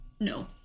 no